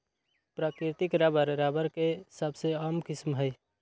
प्राकृतिक rubber, rubber के सबसे आम किस्म हई